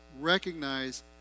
recognize